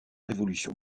révolution